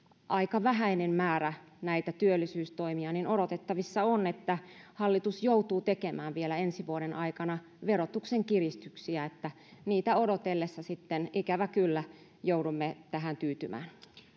aika vähäinen määrä näitä työllisyystoimia niin odotettavissa on että hallitus joutuu tekemään vielä ensi vuoden aikana verotuksen kiristyksiä että niitä odotellessa sitten ikävä kyllä joudumme tähän tyytymään